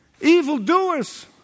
Evildoers